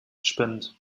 spinnt